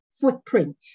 footprint